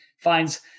finds